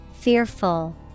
Fearful